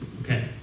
Okay